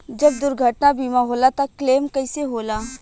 जब दुर्घटना बीमा होला त क्लेम कईसे होला?